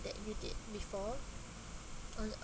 that you did before on a